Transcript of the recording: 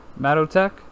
Matotech